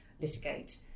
litigate